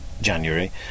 january